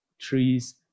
trees